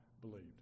believed